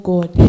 God